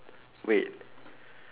wait